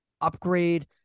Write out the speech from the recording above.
upgrade